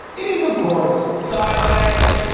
it is, of course, silent,